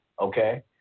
okay